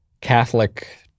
Catholic